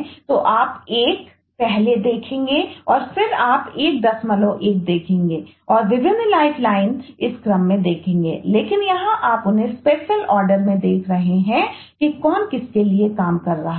कि कौन किसके लिए काम कर रहा है